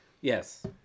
yes